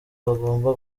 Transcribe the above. bagomba